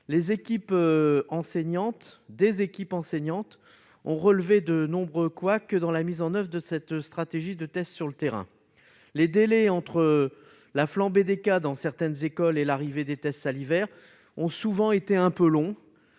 fin d'année scolaire, des équipes enseignantes ont relevé de nombreux couacs dans la mise en oeuvre de cette stratégie de tests sur le terrain. Les délais entre la flambée des cas dans certaines écoles et l'arrivée des tests salivaires ont souvent été un peu longs.